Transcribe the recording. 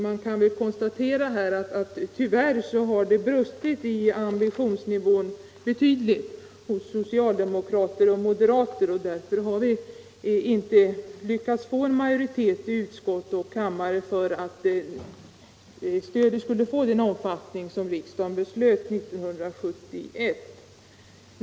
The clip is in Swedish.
Det kan väl konstateras att tyvärr har det brustit betydligt i ambition hos socialdemokrater och moderater, och därför har vi inte lyckats få majoritet i utskott och kammare för att stödet skulle få den omfattning som riksdagen beslöt 1971.